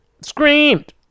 Screamed